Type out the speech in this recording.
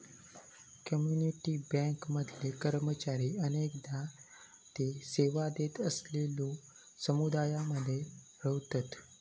community bank मधले कर्मचारी अनेकदा ते सेवा देत असलेलल्यो समुदायांमध्ये रव्हतत